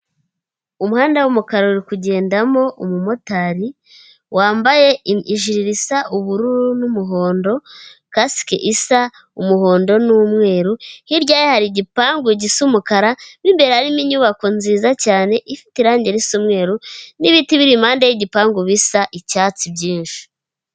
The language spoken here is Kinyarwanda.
Umuhanda w'umukara uri ugendamo umumotari wambaye ijiri risa ubururu n'umuhondo, kasike isa umuhondo n'umweru hirya ye hari igipangu gisa umukara, mu imbere harimo inyubako nziza cyane, ifite irange risa umweru n'ibiti biri impande y'igipangu bisa icyatsi byinshi.